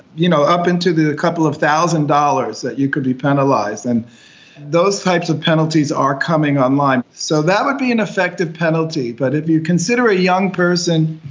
you know up into the couple of thousand dollars that you could be penalised. and those types of penalties are coming online. so that would be an effective penalty. but if you consider a young person,